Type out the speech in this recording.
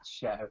show